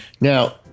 Now